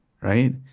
right